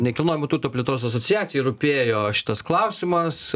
nekilnojamo turto plėtros asociacijai rūpėjo šitas klausimas